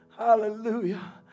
Hallelujah